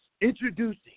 Introducing